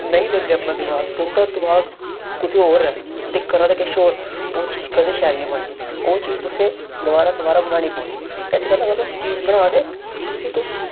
नेई दिंदे अपना दिमाग तुंदा दमाग कु'तै होर ऐ ते करा दे किश होर ओह् चीज़ कदें शैल नेई बननी ओह् चीज़ तुसे दबारा दबारा बनानी पौनी इत गल्ला अगर तुस चीज बनादे उसी तुस